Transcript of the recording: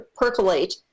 percolate